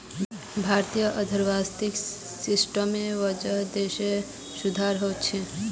भारतीय अर्थव्यवस्था सिस्टमेर वजह देशत सुधार ह छेक